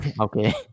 Okay